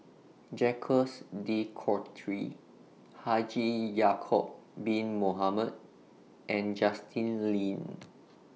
Jacques De Coutre Haji Ya'Acob Bin Mohamed and Justin Lean